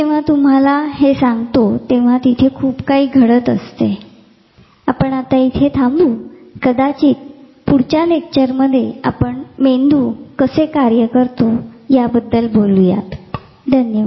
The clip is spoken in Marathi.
मी जेंव्हा तुम्हाला हे सांगतो तेंव्हा तिथे खूप काही घडत आते आपण आता इथे थांबू आणि कदाचित पुढच्या लेक्चरमध्ये आपण मेंदू कसे कार्य करतो ते बोलू या